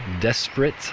desperate